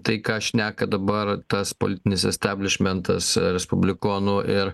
tai ką šneka dabar tas politinis istablišmentas respublikonų ir